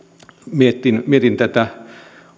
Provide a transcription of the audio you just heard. mietin mietin tätä